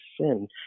sin